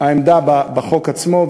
העמדה בחוק עצמו.